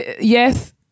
yes